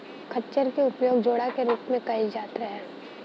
खच्चर क उपयोग जोड़ा के रूप में कैईल जात रहे